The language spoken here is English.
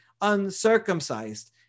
uncircumcised